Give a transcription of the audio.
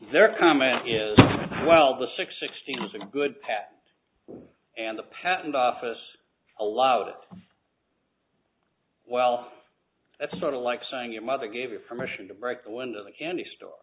their comment is well the six sixteen was a good path and the patent office allowed it well that's sort of like saying your mother gave you permission to break the window of a candy store